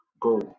go